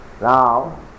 Now